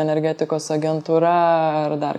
energetikos agentūra ar dar